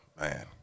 Man